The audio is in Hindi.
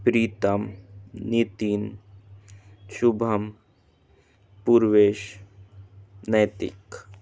प्रीतम नितिन शुभम पूर्वेश नैतिक